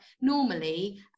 normally